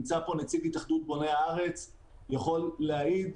ונמצא פה נציג התאחדות בוני הארץ והוא יכול להעיד,